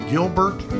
Gilbert